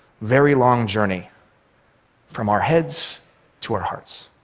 very long journey from our heads to our hearts.